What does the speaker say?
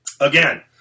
again